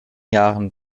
jahren